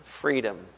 freedom